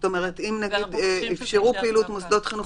זאת אומרת שאם אפשרו פעילות מוסדות חינוך